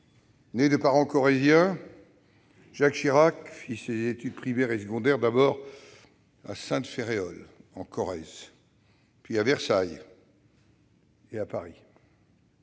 Né de parents corréziens, Jacques Chirac accomplit ses études primaires et secondaires d'abord à Sainte-Féréole, en Corrèze, puis à Versailles et à Paris.